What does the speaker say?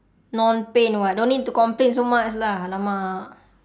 non pain what don't need to complain so much lah !alamak!